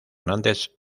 nantes